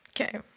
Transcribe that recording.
Okay